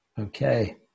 Okay